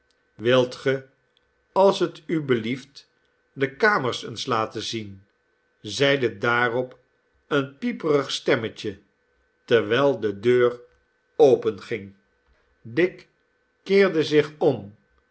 wilt ge als het u belieft de kamers eens laten zien zeide daarop een pieperig stemmetje terwijl de deur openging dick keerde zich om